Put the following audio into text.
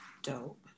dope